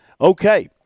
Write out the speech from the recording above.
Okay